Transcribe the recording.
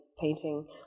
painting